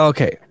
Okay